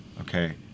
okay